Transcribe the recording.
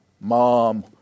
mom